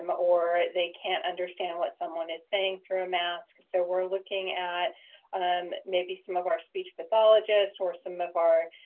um or they can't understand what someone is saying through a mask. so we're looking at um maybe some of our speech pathologists or some of our